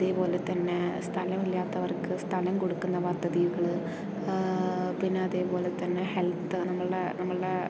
അതേപോലെ തന്നെ സ്ഥലം ഇല്ലാത്തവർക്ക് സ്ഥലം കൊടുക്കുന്ന പദ്ധതികൾ പിന്നെ അതേപോലെ തന്നെ ഹെൽത്ത് നമ്മളുടെ നമ്മളുടെ